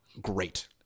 great